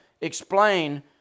explain